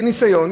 כניסיון,